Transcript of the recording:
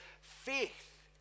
faith